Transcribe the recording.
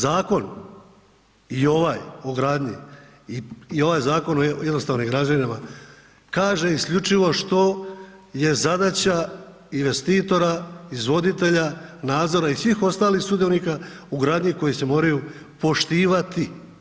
Zakon i onaj o gradnji i ovaj Zakon o jednostavnim građevinama kaže isključivo što je zadaća investitora, izvoditelja nadzora i svih ostalih sudionika u gradnji koji se moraju poštivati.